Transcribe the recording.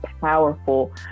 powerful